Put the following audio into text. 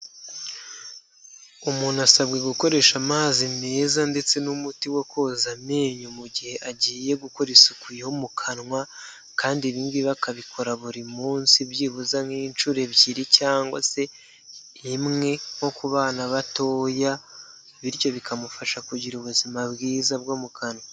Umuntu asabwe gukoresha amazi meza ndetse n'umuti wo koza amenyo mu gihe agiye gukora isuku yo mu kanwa kandi ibingibi akabikora buri munsi byibuze nk'inshuro ebyiri cyangwa se imwe nko ku bana batoya bityo bikamufasha kugira ubuzima bwiza bwo mu kanwa.